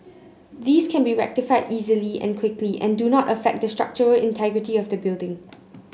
these can be rectified easily and quickly and do not affect the structural integrity of the building